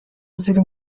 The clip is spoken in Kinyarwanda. ziri